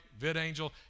VidAngel